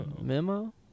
Memo